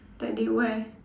that they wear